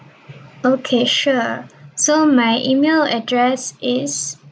okay sure so my email address is